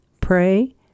pray